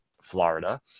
Florida